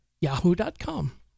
yahoo.com